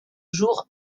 jours